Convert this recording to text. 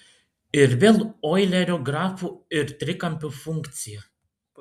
ir vėl oilerio grafų ir trikampių funkcija